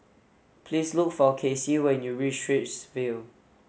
please look for Kasey when you reach Straits View